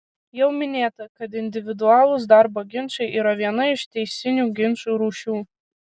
jau minėta kad individualūs darbo ginčai yra viena iš teisinių ginčų rūšių